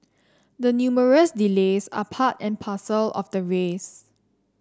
the numerous delays are part and parcel of the race